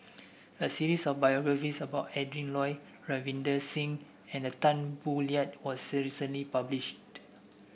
a series of biographies about Adrin Loi Ravinder Singh and Tan Boo Liat was recently published